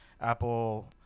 Apple